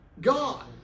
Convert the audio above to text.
God